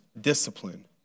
discipline